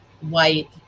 white